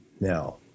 Now